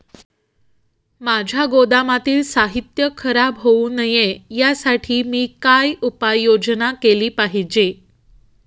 माझ्या गोदामातील साहित्य खराब होऊ नये यासाठी मी काय उपाय योजना केली पाहिजे?